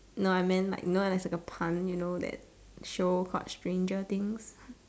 no I meant like no as like a pun you know that show stranger things